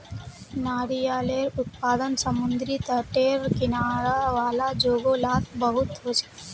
नारियालेर उत्पादन समुद्री तटेर किनारा वाला जोगो लात बहुत होचे